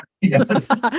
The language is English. Yes